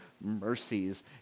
mercies